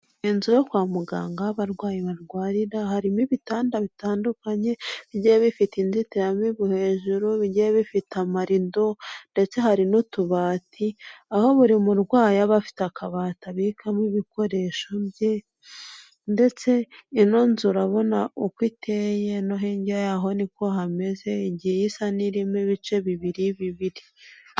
Inzu yo kwa muganga aho abarwayi barwarira harimo ibitanda bitandukanye bigiye bifite inzitiramibu hejuru, bigiye bifite amarido ndetse hari n'utubati aho buri murwayi aba afite akabati abikamo ibikoresho bye ndetse ino nzu urabona uko iteye no hirya yaho ni ko hameze, igiye isa n'irimo ibice bibiri bibiri.